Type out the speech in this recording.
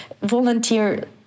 volunteer